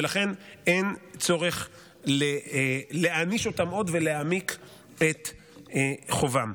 ולכן אין צורך להעניש אותם עוד ולהעמיק את חובם.